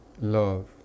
love